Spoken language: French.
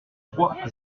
trois